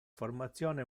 formazione